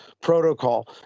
protocol